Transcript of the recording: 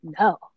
no